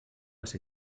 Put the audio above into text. les